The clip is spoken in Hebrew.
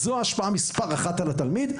כי זו ההשפעה מספר אחת על התלמיד.